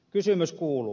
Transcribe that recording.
kysymys kuuluu